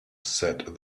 said